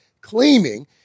claiming